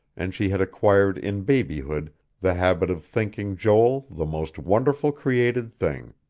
and she had acquired in babyhood the habit of thinking joel the most wonderful created thing.